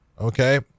Okay